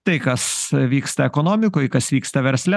tai kas vyksta ekonomikoj kas vyksta versle